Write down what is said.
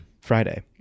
Friday